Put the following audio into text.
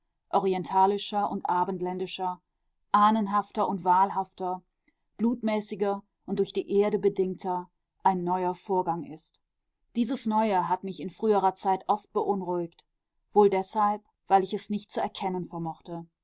orientalischer und abendländischer ahnenhafter und wahlhafter blutmäßiger und durch die erde bedingter ein neuer vorgang ist dieses neue hat mich in früherer zeit oft beunruhigt wohl deshalb weil ich es nicht zu erkennen vermochte